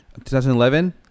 2011